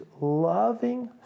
loving